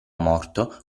morto